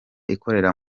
ikorera